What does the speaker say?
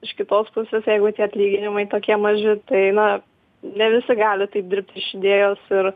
iš kitos pusės jeigu tie atlyginimai tokie maži tai na ne visi gali taip dirbti iš idėjos ir